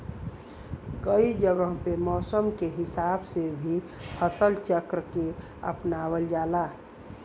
कई जगह पे मौसम के हिसाब से भी फसल चक्र के अपनावल जाला